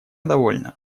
довольно